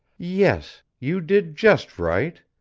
yes, you did just right!